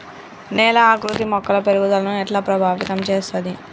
నేల ఆకృతి మొక్కల పెరుగుదలను ఎట్లా ప్రభావితం చేస్తది?